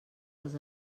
els